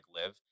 live